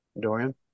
Dorian